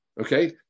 Okay